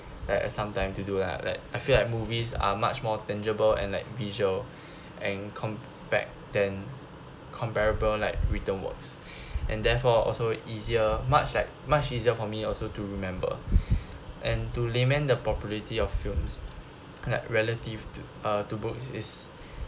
at some time to do lah like I feel like movies are much more tangible and like visual and compared than comparable like written works and therefore also easier much like much easier for me also to remember and to lament the popularity of films like relative to uh to books is